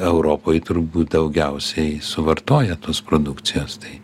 europoj turbūt daugiausiai suvartoja tos produkcijos tai